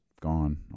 gone